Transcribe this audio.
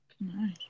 Nice